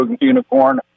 unicorn